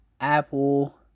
Apple